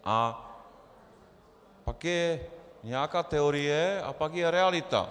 A pak je nějaká teorie a pak je realita.